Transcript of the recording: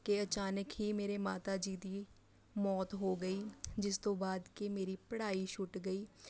ਕਿ ਅਚਾਨਕ ਹੀ ਮੇਰੇ ਮਾਤਾ ਜੀ ਦੀ ਮੌਤ ਹੋ ਗਈ ਜਿਸ ਤੋਂ ਬਾਅਦ ਕਿ ਮੇਰੀ ਪੜ੍ਹਾਈ ਛੁੱਟ ਗਈ